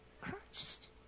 Christ